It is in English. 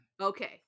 okay